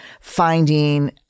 finding